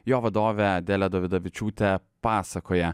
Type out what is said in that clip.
jo vadovė adelė dovydavičiūtė pasakoja